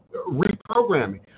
reprogramming